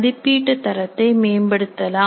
மதிப்பீட்டு தரத்தை மேம்படுத்தலாம்